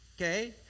okay